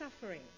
suffering